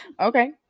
Okay